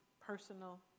personal